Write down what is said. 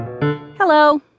Hello